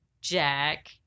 Jack